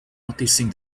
noticing